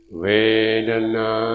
vedana